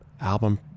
album